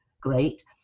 great